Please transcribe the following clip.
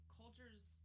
cultures